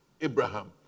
Abraham